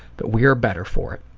but we are better for it.